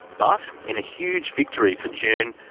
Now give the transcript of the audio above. but in a huge victory for june,